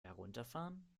herunterfahren